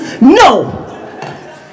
No